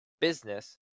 business